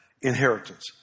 Inheritance